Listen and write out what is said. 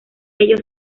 ellos